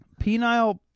Penile